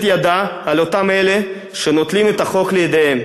ידה על אותם אלה שנוטלים את החוק לידיהם